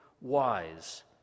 wise